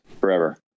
forever